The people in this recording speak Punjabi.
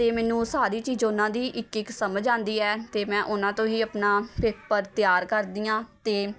ਅਤੇ ਮੈਨੂੰ ਉਹ ਸਾਰੀ ਚੀਜ਼ ਉਹਨਾਂ ਦੀ ਇੱਕ ਇੱਕ ਸਮਝ ਆਉਂਦੀ ਹੈ ਅਤੇ ਮੈਂ ਉਹਨਾਂ ਤੋਂ ਹੀ ਆਪਣਾ ਪੇਪਰ ਤਿਆਰ ਕਰਦੀ ਹਾਂ ਅਤੇ